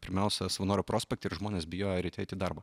pirmiausia savanorių prospekte ir žmonės bijojo ryte eiti į darbą